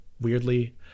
weirdly